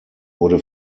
wurde